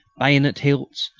bayonet-hilts,